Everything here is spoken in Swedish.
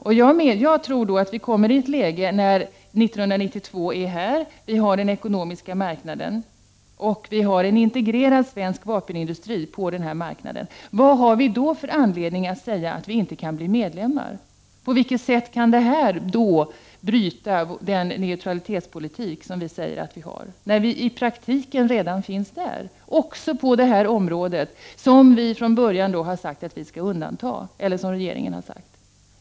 Jag tror att vi kommer att hamna i ett läge år 1992 när den ekonomiska marknaden är genomförd och vi har en integrerad svensk vapenindustri på marknaden. Vad har vi då för anledning att säga att Sverige inte kan bli medlem? På vilket sätt kan det bryta den neutralitetspolitik som vi säger att vi för? I praktiken finns vi ju redan med, även på det här området, som regeringen från början sade att vi skall undanta.